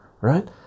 Right